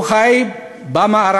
הוא חי במערב,